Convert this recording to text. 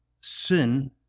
sin